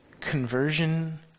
Conversion